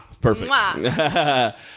Perfect